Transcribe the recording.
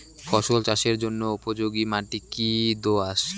ফসল চাষের জন্য উপযোগি মাটি কী দোআঁশ?